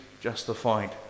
justified